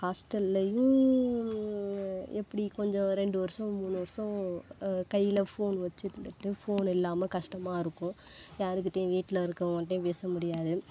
ஹாஸ்ட்டல்லையும் எப்டி கொஞ்சம் ரெண்டு வர்ஷம் மூணு வர்ஷம் கையில் ஃபோன் வச்சுருந்துட்டு ஃபோன் இல்லாம கஷ்டமா இருக்கும் யாருகிட்டையும் வீட்டில் இருக்கவங்கள்டையும் பேச முடியாது